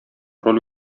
роль